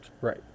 right